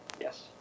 Yes